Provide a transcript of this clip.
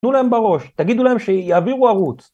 תנו להם בראש, תגידו להם שיעבירו ערוץ.